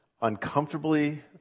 uncomfortably